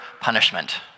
punishment